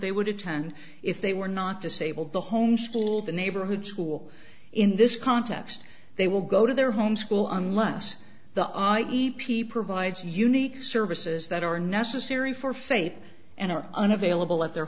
they would attend if they were not disabled the home school the neighborhood school in this context they will go to their home school unless the e p provides unique services that are necessary for faith and are unavailable at their